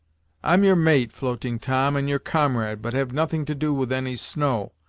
i'm your mate, floating tom, and your comrade, but have nothing to do with any snow.